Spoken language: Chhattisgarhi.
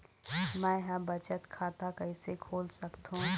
मै ह बचत खाता कइसे खोल सकथों?